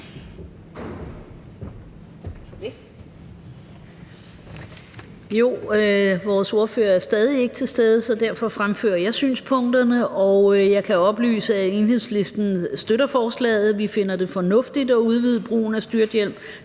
det. Vores ordfører er stadig ikke til stede, så derfor fremfører jeg synspunkterne, og jeg kan oplyse, at Enhedslisten støtter forslaget. Vi finder det fornuftigt at udvide brugen af styrthjelm